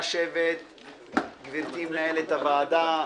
שלום לכולם, גברתי מנהלת הוועדה,